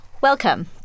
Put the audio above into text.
Welcome